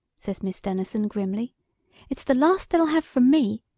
says miss denison grimly it's the last they'll have from me.